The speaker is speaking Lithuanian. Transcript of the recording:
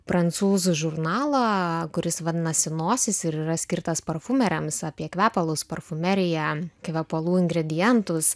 prancūzų žurnalą kuris vadinasi nosis ir yra skirtas parfumeriniams apie kvepalus parfumeriją kvepalų ingredientus